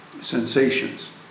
sensations